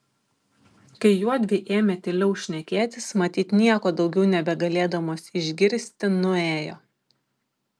kai juodvi ėmė tyliau šnekėtis matyt nieko daugiau nebegalėdamos išgirsti nuėjo